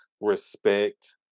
Respect